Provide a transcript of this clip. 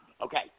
okay